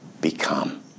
become